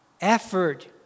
effort